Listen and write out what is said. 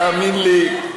תאמין לי,